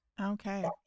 Okay